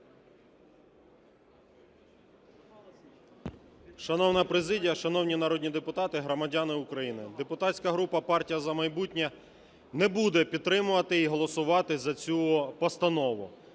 Шановна президія, шановні народні депутати, громадяни України! Депутатська група "Партія "За майбутнє" не буде підтримувати і голосувати за цю постанову.